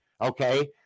Okay